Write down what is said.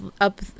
up